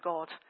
God